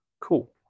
Cool